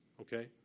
okay